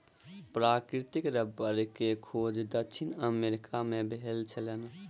प्राकृतिक रबड़ के खोज दक्षिण अमेरिका मे भेल छल